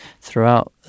throughout